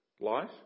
life